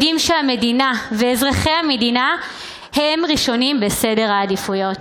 יודעים שהמדינה ואזרחי המדינה הם ראשונים בסדר העדיפויות.